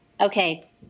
okay